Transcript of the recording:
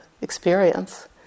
experience